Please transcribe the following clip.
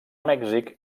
mèxic